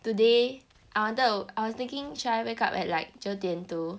today I wanted to I was thinking should I wake up at like 九点 to